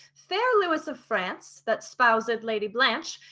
fair lewis of france that spoused lady blanche,